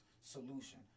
solution